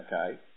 okay